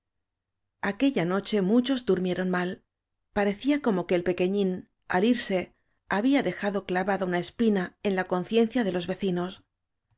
aquella noche muchos durmieron mal pa recía como que el pequeñín al irse había de jado clavada una espina en la conciencia de los vecinos